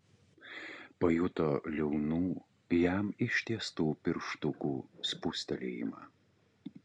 pajuto liaunų jam ištiestų pirštukų spustelėjimą